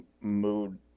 mood